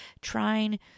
trying